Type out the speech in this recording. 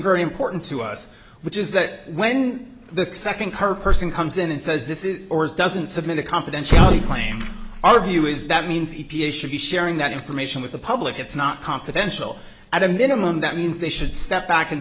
very important to us which is that when the second kirk person comes in and says this is or doesn't submit a confidentiality claim our view is that means e p a should be sharing that information with the public it's not confidential at a minimum that means they should step back and